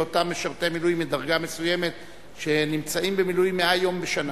לאותם משרתי מילואים מדרגה מסוימת שנמצאים במילואים 100 יום בשנה.